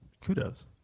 kudos